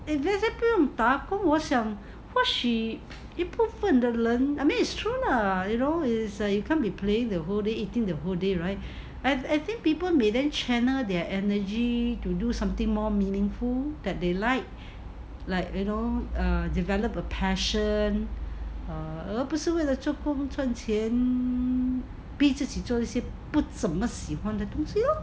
if let's say 不用打工我想或许一部分的人 I mean it's true lah you know is like you can't be playing the whole day eating the whole day right and I think people may then channel their energy to do something more meaningful that they like like you know err develop a passion 而不是为了赚钱逼自己做一些不怎么喜欢的东西 lor